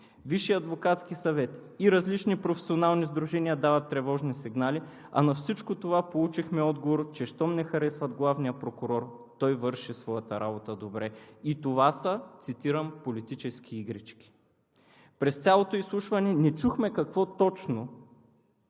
Висшият адвокатски съвет и различни професионални сдружения дават тревожни сигнали, а на всичко това получихме отговор, че щом не харесват главния прокурор, той върши своята работа добре и това са, цитирам „политически игрички“. През цялото изслушване не чухме какво точно